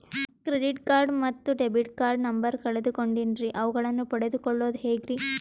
Credit card ಮತ್ತು debit card number ಕಳೆದುಕೊಂಡಿನ್ರಿ ಅವುಗಳನ್ನ ಪಡೆದು ಕೊಳ್ಳೋದು ಹೇಗ್ರಿ?